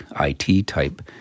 IT-type